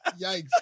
Yikes